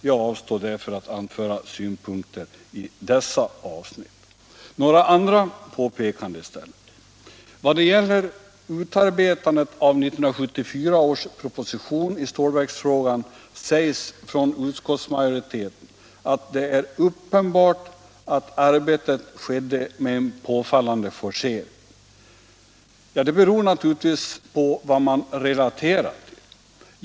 Jag avstår därför från att anföra synpunkter i dessa avsnitt. Några andra påpekanden i stället. Om utarbetandet av 1974 års proposition i stålverksfrågan säger utskottsmajoriteten att det är uppenbart att arbetet skedde med en påfallande forcering. Det beror naturligtvis på vad man relaterar till.